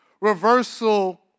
reversal